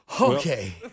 okay